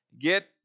Get